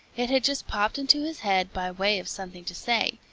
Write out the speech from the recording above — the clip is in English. it had just popped into his head by way of something to say.